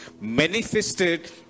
manifested